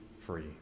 free